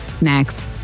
next